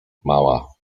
mała